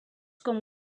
com